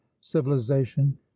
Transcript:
civilization